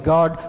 God